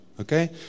Okay